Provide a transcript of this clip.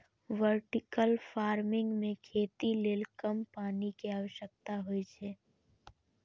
vertical farming मे खेती लेल कम पानि के आवश्यकता होइ छै